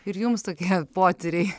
ir jums tokie potyriai